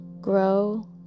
grow